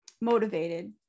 motivated